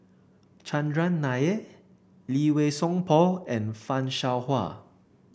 Chandran Nair Lee Wei Song Paul and Fan Shao Hua